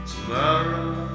Tomorrow